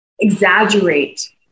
exaggerate